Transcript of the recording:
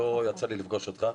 לא יצא לי לפגוש אותך.